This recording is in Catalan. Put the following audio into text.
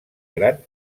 gran